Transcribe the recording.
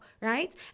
right